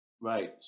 Right